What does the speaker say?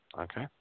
Okay